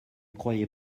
croyez